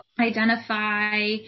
identify